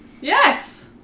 Yes